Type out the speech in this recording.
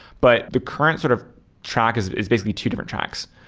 but the current sort of track is is basically two different tracks.